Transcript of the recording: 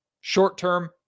Short-term